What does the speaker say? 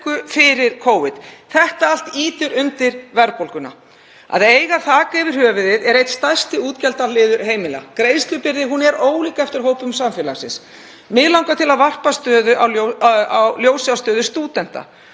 þetta allt ýtir undir verðbólguna. Að eiga þak yfir höfuðið er einn stærsti útgjaldaliður heimila. Greiðslubyrði er ólík eftir hópum samfélagsins. Mig langar til að varpa ljósi á stöðu stúdenta.